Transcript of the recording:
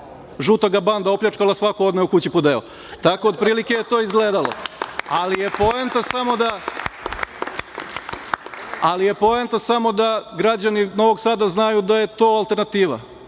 žuta banda ga opljačkala i svako odneo kući po deo. Tako je otprilike to izgledalo, ali je poenta samo da građani Novog Sada znaju da je to alternativa